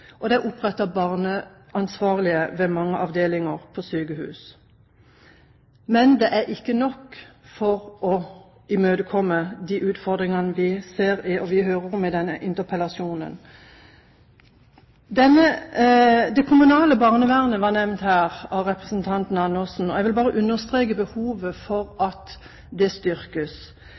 og det er opprettet barneansvarlige ved mange avdelinger på sykehus. Men det er ikke nok for å møte de utfordringene vi hører om i denne interpellasjonen. Det kommunale barnevernet ble nevnt av representanten Karin Andersen, og jeg vil bare understreke behovet for at det